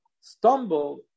stumble